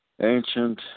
Ancient